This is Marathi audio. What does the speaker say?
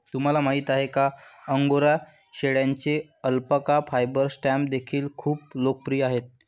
तुम्हाला माहिती आहे का अंगोरा शेळ्यांचे अल्पाका फायबर स्टॅम्प देखील खूप लोकप्रिय आहेत